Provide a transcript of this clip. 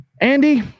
Andy